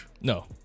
No